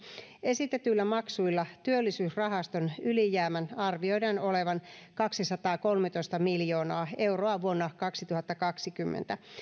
esitetyillä maksuilla työllisyysrahaston ylijäämän arvioidaan olevan kaksisataakolmetoista miljoonaa euroa vuonna kaksituhattakaksikymmentä